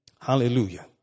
Hallelujah